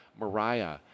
Mariah